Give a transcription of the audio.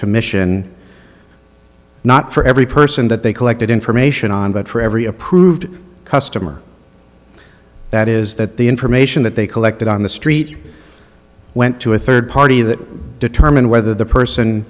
commission not for every person that they collected information on but for every approved customer that is that the information that they collected on the street went to a third party that determine whether the person